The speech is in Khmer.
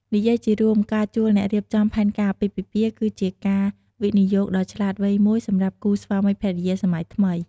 និយាយជារួម ការជួលអ្នករៀបចំផែនការអាពាហ៍ពិពាហ៍គឺជាការវិនិយោគដ៏ឆ្លាតវៃមួយសម្រាប់គូស្វាមីភរិយាសម័យថ្មី។